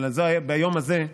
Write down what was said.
אבל ביום הזה,